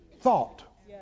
Thought